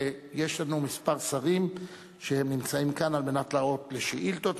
ויש לנו כמה שרים שנמצאים כאן על מנת לענות על שאילתות.